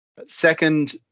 Second